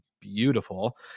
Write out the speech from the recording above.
beautiful